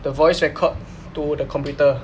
the voice record to the computer